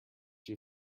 you